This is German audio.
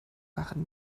waren